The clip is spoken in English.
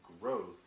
growth